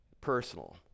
personal